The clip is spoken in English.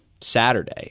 Saturday